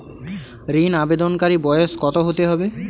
ঋন আবেদনকারী বয়স কত হতে হবে?